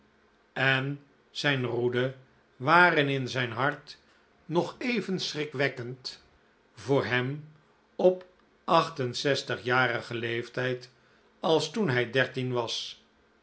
en zijn roede waren in zijn hart nog even schrikwekkend voor hem op acht enzestigjarigen leeftijd als toen hij dertien was